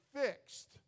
fixed